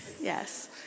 yes